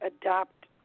adopt